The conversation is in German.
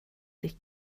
sich